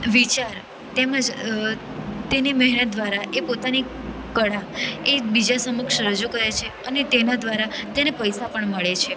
વિચાર તેમજ તેની મહેનત દ્વારા એ પોતાની કળા એ બીજા સમક્ષ રજુ કરે છે અને તેના દ્વારા તેને પૈસા પણ મળે છે